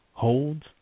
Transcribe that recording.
holds